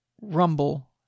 Rumble